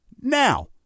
Now